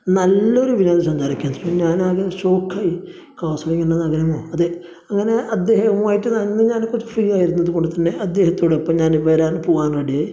നല്ല ഒരു വിനോദ സഞ്ചാര കേന്ദ്രം ഞാൻ ആകെ ഷോക്കായി കാസർഗോഡ് ഇങ്ങനെ ഒരു നഗരമോ അതെ അങ്ങനെ അദ്ദേഹവുമായിട്ട് നന്ന് ഞാൻ കുറച്ച് ഫ്രീ ആയിരുന്നു ഇത് കൊണ്ട് തന്നെ അദ്ദേഹത്തോടൊപ്പം ഞാൻ വരാൻ പോവാൻ റെഡിയായി